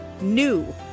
NEW